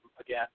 again